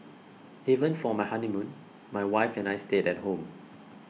even for my honeymoon my wife and I stayed at home